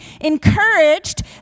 encouraged